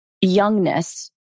youngness